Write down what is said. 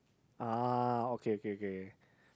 ah okay okay okay